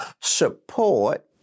Support